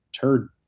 turd